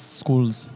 schools